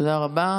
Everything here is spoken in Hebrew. תודה רבה.